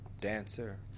dancer